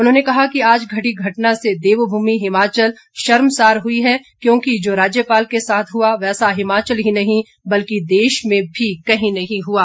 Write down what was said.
उन्होंने कहा कि आज घटी घटना से देवभूमि हिमाचल शर्मसार हुई है क्योंकि जो राज्यपाल के साथ हुआ वैसा हिमाचल ही नहीं बल्कि देश में भी कहीं नहीं हुआ